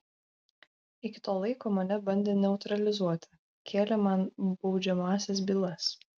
iki to laiko mane bandė neutralizuoti kėlė man baudžiamąsias bylas